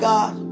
God